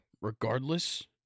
regardless